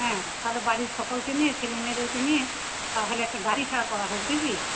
হ্যাঁ তাহলে বাড়ির সকলকে নিয়ে ছেলেমেয়েদেরকে নিয়ে তাহলে একটা গাড়ি ভাড়া করা হোক নাকি